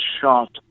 shot